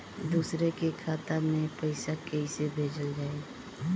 दूसरे के खाता में पइसा केइसे भेजल जाइ?